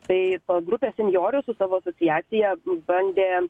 tai grupė senjorių su savo asociacija bandė